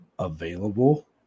available